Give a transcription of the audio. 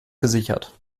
gesichert